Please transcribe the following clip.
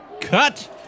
Cut